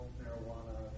marijuana